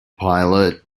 pilot